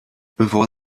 bevor